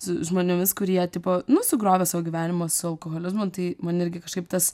su žmonėmis kurie tipo nu sugriovė savo gyvenimą su alkoholizmu tai man irgi kažkaip tas